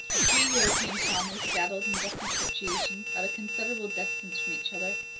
a few european families, settled in different situations at a considerable distance from each other,